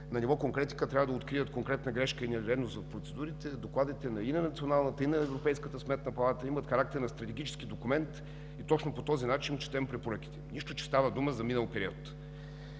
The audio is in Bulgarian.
на ниво конкретика трябва да открият конкретна грешка или нередност в процедурите, докладите и на националната, и на Европейската сметна палата имат характер на стратегически документ и точно по този начин четем препоръките, нищо че става дума за минал период.